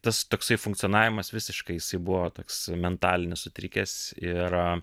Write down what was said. tas toksai funkcionavimas visiškai jisai buvo toks mentalinis sutrikęs ir